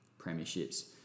premierships